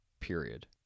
period